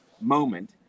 moment